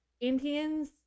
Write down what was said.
Indians